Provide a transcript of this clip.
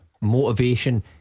Motivation